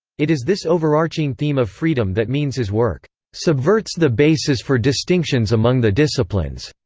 it is this overarching theme of freedom that means his work subverts the bases for distinctions among the disciplines.